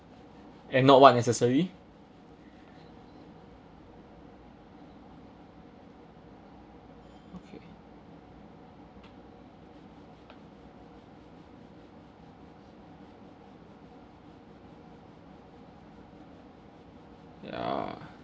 and not what necessary okay yeah